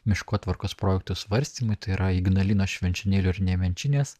miškotvarkos projektų svarstymai tai yra ignalinos švenčionėlių ir nemenčinės